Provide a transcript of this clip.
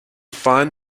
fine